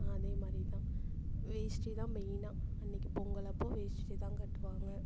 அதேமாதிரி தான் வேஷ்டி தான் மெயினாக அன்றைக்கி பொங்கல் அப்போது வேஷ்டி தான் கட்டுவாங்க